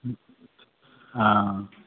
हँ